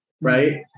right